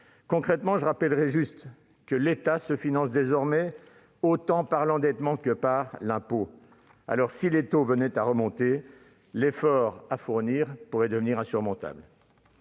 Concrètement, je le rappelle, l'État se finance désormais autant par l'endettement que par l'impôt. Si les taux remontaient, l'effort à fournir pourrait devenir insurmontable.